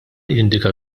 jindika